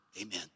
Amen